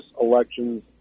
elections